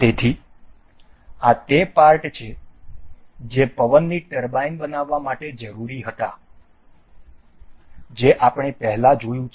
તેથી આ તે પાર્ટ છે જે પવનની ટર્બાઇન બનાવવા માટે જરૂરી હતા જે આપણે પહેલાં જોયું છે